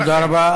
תודה רבה.